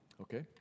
Okay